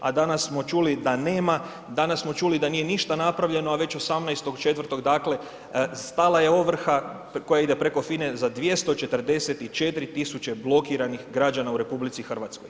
A danas smo čuli da nema, danas smo čuli da nije ništa napravljeno, a već 18.4.stala je ovrha koja ide preko FINA-e za 244.000 blokiranih građana u RH.